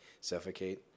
suffocate